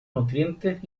nutrientes